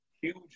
huge